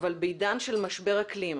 אבל בעידן של משבר אקלים,